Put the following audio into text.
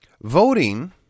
voting